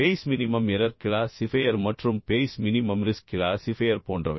Bayes minimum error classifier மற்றும் Bayes minimum risk classifier போன்றவை